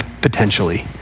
potentially